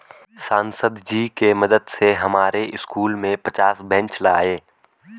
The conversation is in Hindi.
सांसद जी के मदद से हमारे स्कूल में पचास बेंच लाए